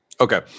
Okay